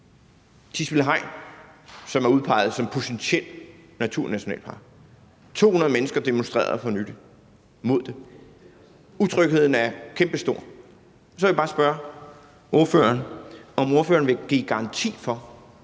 Tisvilde Hegn er udpeget som potentiel naturnationalpark, og 200 mennesker demonstrerede for nylig mod det. Utrygheden er kæmpestor. Så vil jeg bare spørge ordføreren, om ordføreren vil give en garanti for,